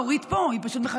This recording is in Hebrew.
אורית פה, היא פשוט מחכה.